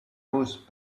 whose